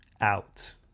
out